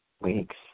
weeks